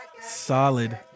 solid